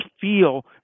feel